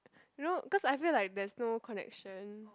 you know cause I feel like there's no connection